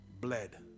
bled